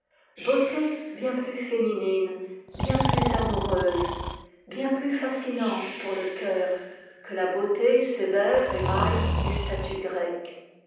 beauté bien plus féminine bien plus amoureuse bien plus fascinante pour le cœur que la beauté sévère et mâle des statues grecques